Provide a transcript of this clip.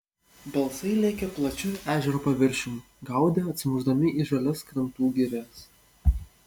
balsai lėkė plačiu ežero paviršium gaudė atsimušdami į žalias krantų girias